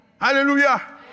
Hallelujah